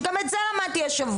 שגם את זה למדתי השבוע.